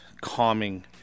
calming